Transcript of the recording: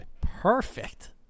perfect